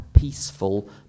peaceful